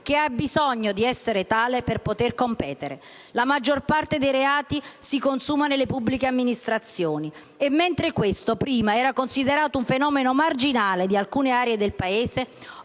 che ha bisogno di essere tale per potere competere. La maggior parte dei reati di corruzione si consuma nelle pubbliche amministrazioni e mentre questo prima era considerato un fenomeno marginale di alcune aree del Paese,